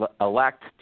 elect